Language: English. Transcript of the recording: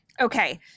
Okay